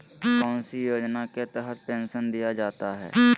कौन सी योजना के तहत पेंसन दिया जाता है?